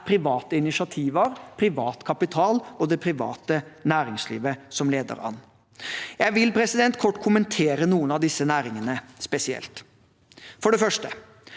private initiativer, privat kapital og det private næringslivet som leder an. Jeg vil kort kommentere noen av disse næringene spesielt. For det første